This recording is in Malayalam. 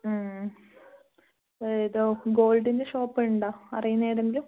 ഇതോ ഗോള്ഡിന്റെ ഷോപ്പ് ഉണ്ടോ അറിയുന്നത് എതെങ്കിലും